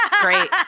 great